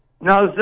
No